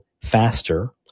faster